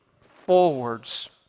forwards